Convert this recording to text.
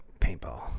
Paintball